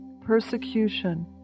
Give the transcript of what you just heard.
persecution